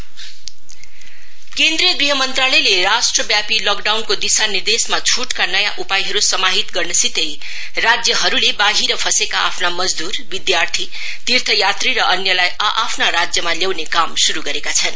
meeting सिएस केन्द्रीय गृह मंत्रालयले राष्ट्रव्यापी दिशानिर्देशमा छुटका नयाँ उपायहरु समाहित गर्नसितै राज्यहरुले बाहिर फँसेका आफ्ना मजदूर विद्यार्थी तीर्थयात्री र अन्यलाई आ आफ्ना राज्यमा ल्याउने काम शुरु गरेका छन